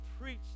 preach